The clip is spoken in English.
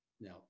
Now